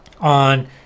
on